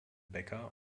bäcker